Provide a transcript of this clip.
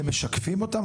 אתם גם משקפים אותן?